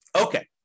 Okay